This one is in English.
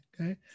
Okay